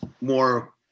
more